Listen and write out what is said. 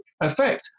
effect